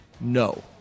no